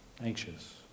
anxious